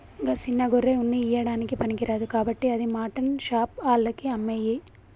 గా సిన్న గొర్రె ఉన్ని ఇయ్యడానికి పనికిరాదు కాబట్టి అది మాటన్ షాప్ ఆళ్లకి అమ్మేయి